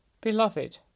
Beloved